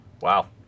Wow